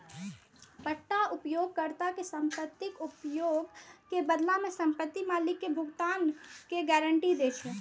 पट्टा उपयोगकर्ता कें संपत्तिक उपयोग के बदला मे संपत्ति मालिक कें भुगतान के गारंटी दै छै